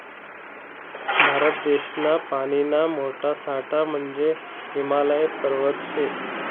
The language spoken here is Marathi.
भारत देशना पानीना मोठा साठा म्हंजे हिमालय पर्वत शे